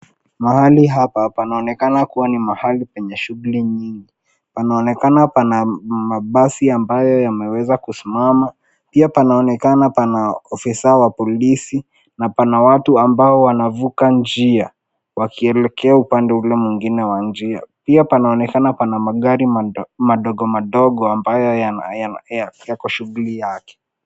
Mahali hapa panaonekana kuwa ni mahali penye shughuli nyingi. panaonekana hapa na mabasi ambayo yameweza kusimama. Pia panaonekana pana ofisa wa polisi na pana watu ambao wanavuka njia wakielekea upande ule mwingine wa njia. Pia panaonekana pana magari madogo madogo ambayo yako shughuli yake.